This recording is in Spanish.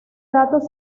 datos